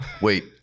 Wait